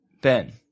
Ben